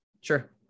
Sure